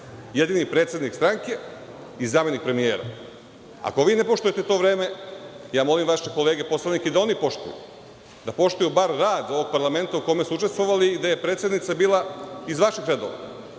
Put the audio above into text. jedini predsednik stranke i zamenik premijera. Ako vi ne poštujete to vreme, molim vaše kolege poslanike da oni poštuju, da poštuju bar rad ovog parlamenta u kome su učestvovali i gde je predsednica bila iz vaših redova. Nisam